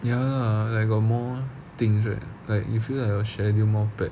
ya lah like got more things like you feel like will schedule more plans